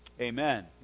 amen